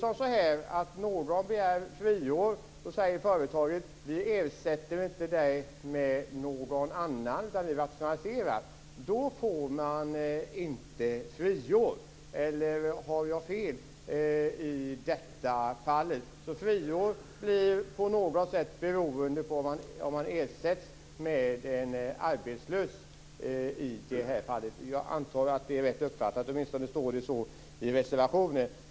Om någon begär friår och företaget säger att denna person inte skall ersättas med någon annan utan att företaget i stället skall rationalisera så får man inte friår, eller har jag fel i detta fall? Friår blir på något sätt beroende av om man ersätts med en arbetslös. Jag antar att det är rätt uppfattat. Åtminstone står det så i reservationen.